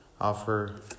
offer